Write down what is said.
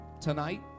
tonight